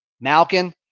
Malkin